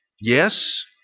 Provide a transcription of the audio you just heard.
Yes